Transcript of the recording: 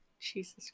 Jesus